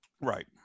Right